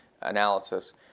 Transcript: analysis